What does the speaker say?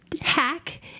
hack